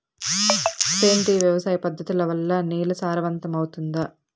సేంద్రియ వ్యవసాయ పద్ధతుల వల్ల, నేల సారవంతమౌతుందా?